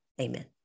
Amen